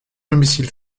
domicile